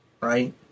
right